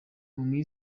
iri